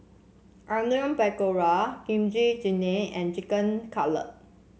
Onion Pakora Kimchi Jjigae and Chicken Cutlet